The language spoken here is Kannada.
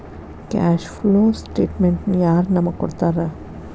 ಕ್ಯಾಷ್ ಫ್ಲೋ ಸ್ಟೆಟಮೆನ್ಟನ ಯಾರ್ ನಮಗ್ ಕೊಡ್ತಾರ?